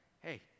Hey